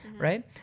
Right